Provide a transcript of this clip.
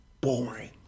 boring